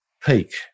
peak